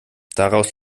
daraus